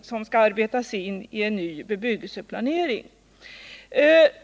Allt detta måste arbetas in i en ny bebyggelseplanering.